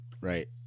Right